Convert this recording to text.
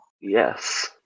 yes